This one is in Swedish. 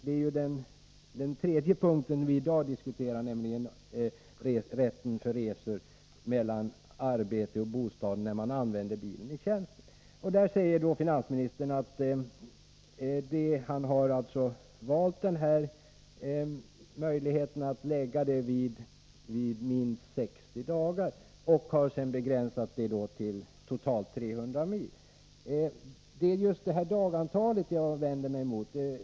Det är dock den tredje punkten som vi i dag diskuterar, nämligen den som gäller rätten till avdrag för resor mellan arbete och bostad när man använder bilen i tjänsten. Finansministern har valt att sådan rätt skall föreligga när sådana resor görs minst 60 dagar per år och omfattar totalt minst 300 mil. Det är dagantalet som jag vänder mig mot.